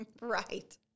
right